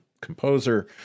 composer